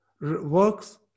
works